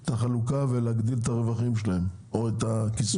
את החלוקה להגדיל את הרווחים או את כיסוי ההוצאות.